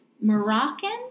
Moroccan